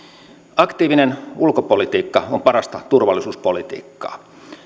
aktiivinen ulkopolitiikka on parasta turvallisuuspolitiikkaa